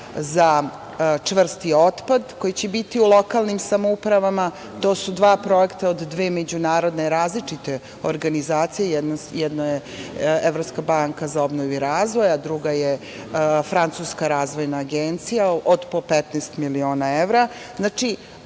za čvrsti otpad, koji će biti u lokalnim samoupravama. To su dva projekta od dve međunarodne različite organizacije. Jedna je Evropska banka za obnovu i razvoj, a druga je Francuska razvojna agencija, od po 15 miliona